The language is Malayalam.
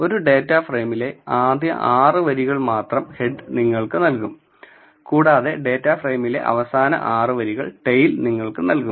ഒരു ഡാറ്റ ഫ്രെയിമിലെ ആദ്യ 6 വരികൾ മാത്രം ഹെഡ് നിങ്ങൾക്ക് നൽകും കൂടാതെ ഡാറ്റ ഫ്രെയിമിലെ അവസാന 6 വരികൾ ടെയിൽ നിങ്ങൾക്ക് നൽകും